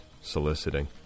soliciting